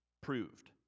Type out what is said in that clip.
proved